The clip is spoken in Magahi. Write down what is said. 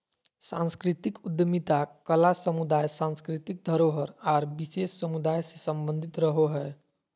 सांस्कृतिक उद्यमिता कला समुदाय, सांस्कृतिक धरोहर आर विशेष समुदाय से सम्बंधित रहो हय